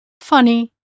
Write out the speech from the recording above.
Funny